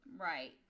Right